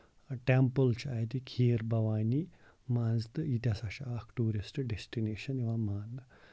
temple چھُ اَتہِ کھیٖر بَوانہِ منٛز تہٕ یہِ تہِ ہسا چھُ اکھ ٹوٗرِسٹ ڈیسٹِنیشن یِوان ماننہٕ